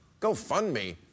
GoFundMe